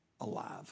alive